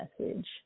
message